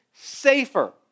safer